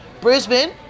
Brisbane